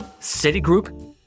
Citigroup